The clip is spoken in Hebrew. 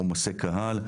עומסי קהל,